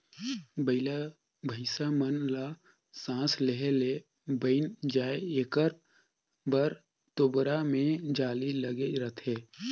बइला भइसा मन ल सास लेहे ले बइन जाय एकर बर तोबरा मे जाली लगे रहथे